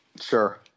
Sure